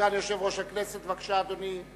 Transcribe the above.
סגן יושב-ראש הכנסת, בבקשה, אדוני.